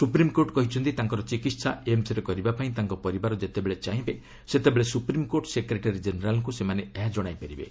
supreme court କହିଛନ୍ତି ତାଙ୍କର ଚିକିହା ଏମ୍ସ୍ରେ କରିବାପାଇଁ ତାଙ୍କ ପରିବାର ଯେତେବେଳେ ଚାହିଁବେ ସେତେବେଳେ ସୁପ୍ରିମ୍କୋର୍ଟ ସେକ୍ରେଟେରୀ ଜେନେରାଲ୍ଙ୍କୁ ସେମାନେ ଏହା ଜଣାଇପାରିବେ